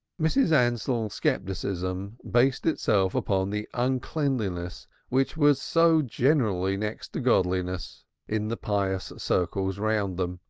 mrs. ansell's scepticism based itself upon the uncleanliness which was so generally next to godliness in the pious circles round them,